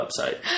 website